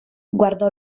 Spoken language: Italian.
guardò